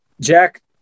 Jack